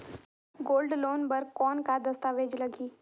Gold loan बर कौन का दस्तावेज लगही?